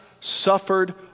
suffered